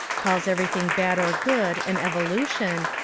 calls everything bad or good an evolution,